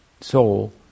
soul